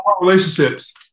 Relationships